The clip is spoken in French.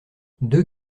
deux